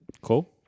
cool